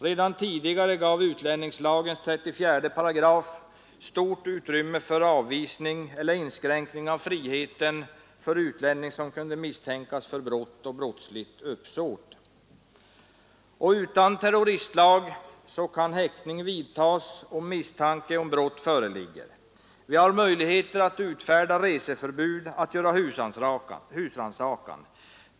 Redan tidigare gav utlänningslagens 34 § stort utrymme för avvisning eller inskränkning av friheten för utlänning som kunde misstänkas för brott och brottsligt uppsåt. Och utan terroristlag kan häktning vidtagas när misstanke om brott föreligger. Man har möjligheter att utfärda reseförbud, att göra husrannsakan.